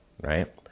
Right